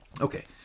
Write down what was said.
Okay